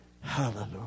hallelujah